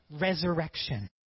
resurrection